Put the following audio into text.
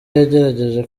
yagerageje